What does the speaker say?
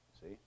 See